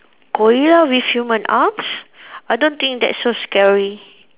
gorilla with human arms I don't think that's so scary